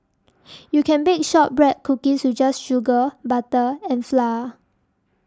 you can bake Shortbread Cookies just with sugar butter and flour